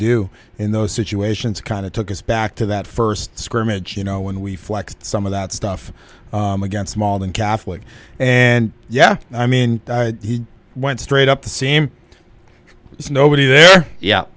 do in those situations kind of took us back to that first scrimmage you know when we flexed some of that stuff against small and catholic and yeah i mean he went straight up to see him there's nobody there yeah